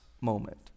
moment